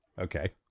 Okay